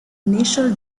initial